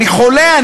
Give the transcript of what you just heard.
אני חולה,